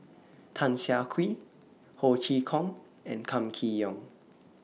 Tan Siah Kwee Ho Chee Kong and Kam Kee Yong